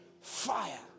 Fire